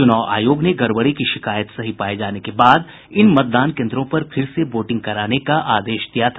चुनाव आयोग ने गड़बड़ी की शिकायत सही पाये जाने के बाद इन मतदान केंद्रों पर फिर से वोटिंग कराने का आदेश दिया था